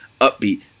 upbeat